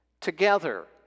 together